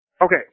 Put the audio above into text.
Okay